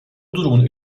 durumun